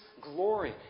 glory